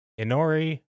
Inori